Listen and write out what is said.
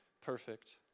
perfect